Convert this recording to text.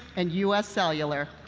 and us cellular.